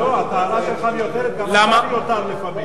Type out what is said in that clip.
לא, הטענה שלך מיותרת, גם אתה מיותר לפעמים.